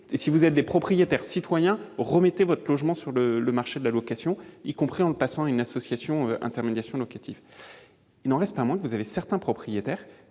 si vous êtes des propriétaires citoyens, remettez votre logement sur le marché de la location, y compris en passant par une association agréée d'intermédiation locative. Il n'en reste pas moins que certains propriétaires